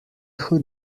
who